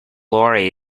lorry